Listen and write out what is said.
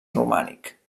romànic